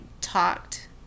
talked